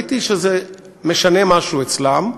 וראיתי שזה משנה משהו אצלם.